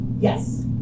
Yes